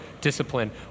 discipline